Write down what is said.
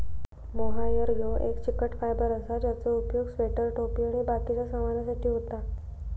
mohair ह्यो एक चिकट फायबर असा ज्याचो उपयोग स्वेटर, टोपी आणि बाकिच्या सामानासाठी होता